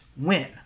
win